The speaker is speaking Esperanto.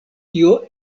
tio